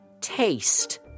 Taste